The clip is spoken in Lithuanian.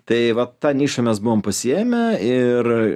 tai vat tą nišą mes buvom pasiėmę ir